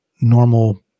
normal